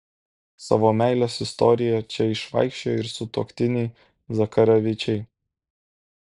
savo meilės istoriją čia išvaikščiojo ir sutuoktiniai zakarevičiai